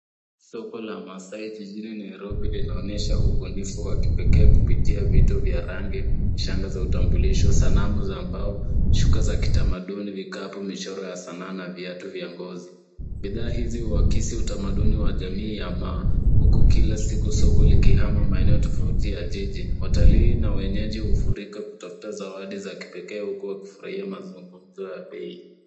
Soko la Maasai jijini Nairobi linaonyesha ubunifu wa kipekee kupitia vitu vya rangi, shanga za utambulisho, sanamu za mbao, shuka za kitamaduni, vikapu, michoro ya sanaa na viatu vya ngozi. Bidhaa hizi huakisi utamaduni wa jamii ya Maa huku kili siku soko likihama maeneo tofauti ya jiji. Watalii na wenyeji hufurika kutafuta zawadi za kipekee huku wakifurahia mazungumzo ya bei.